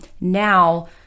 Now